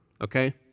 okay